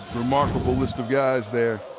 remarkable list of guys there.